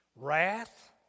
wrath